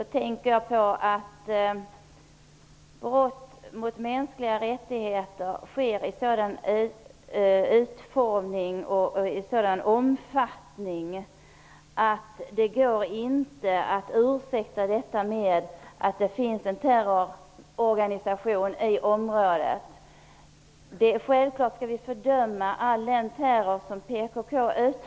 Då tänker jag på att brotten mot mänskliga rättigheter har en sådan utformning och sker i sådan omfattning att det inte går att ursäkta detta med att det finns en terrororganisation i området. Självklart skall vi fördöma all den terror som PKK utövar.